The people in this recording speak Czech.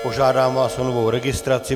Požádám vás o novou registraci.